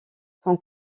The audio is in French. son